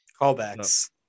callbacks